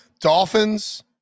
Dolphins